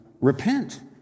repent